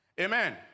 Amen